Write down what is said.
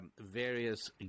various